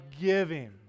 giving